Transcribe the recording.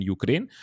Ukraine